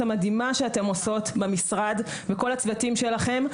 המדהימה שאתן עושות במשרד וכן כל הצוותים שלכם,